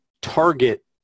target